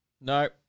No